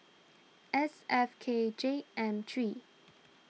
S F K J M three